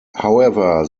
however